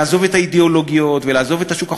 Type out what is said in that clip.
לעזוב את האידיאולוגיות, ולעזוב את השוק החופשי,